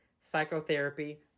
psychotherapy